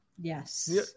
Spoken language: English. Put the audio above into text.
yes